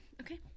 okay